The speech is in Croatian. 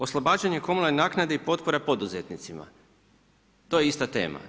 Oslobađanje komunalne naknade i potpora poduzetnicima to je ista tema.